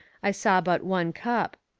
i saw but one cup.